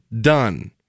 done